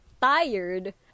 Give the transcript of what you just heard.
tired